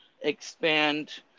expand